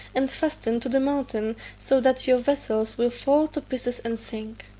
and fasten to the mountain, so that your vessels will fall to pieces and sink.